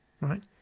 Right